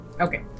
Okay